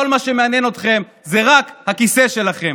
כל מה שמעניין אתכם זה רק הכיסא שלכם.